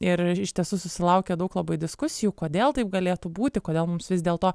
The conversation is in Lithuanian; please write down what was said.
ir ir iš tiesų susilaukia daug labai diskusijų kodėl taip galėtų būti kodėl mums vis dėlto